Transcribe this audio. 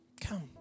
Come